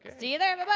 see you